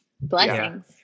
blessings